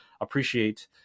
appreciate